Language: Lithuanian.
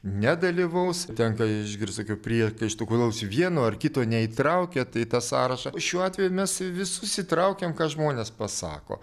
nedalyvaus tenka išgirst tokių priekaištų kodėl jūs vieno ar kito neįtraukėt į tą sąrašą šiuo atveju mes visus įtraukėm ką žmonės pasako